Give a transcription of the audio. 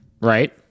Right